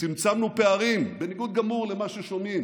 צמצמנו פערים, בניגוד גמור למה ששומעים,